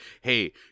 hey